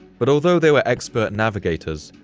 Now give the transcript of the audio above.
but although they were expert navigators,